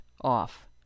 off